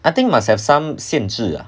I think must have some 限制 ah